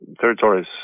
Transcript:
territories